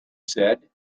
said